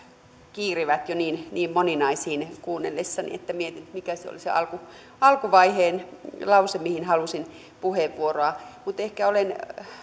kiirivät jo niin moninaisiin että mietin mikä oli se alkuvaiheen lause mihin halusin puheenvuoroa mutta ehkä